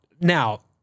now